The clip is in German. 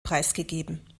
preisgegeben